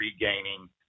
regaining